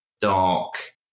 dark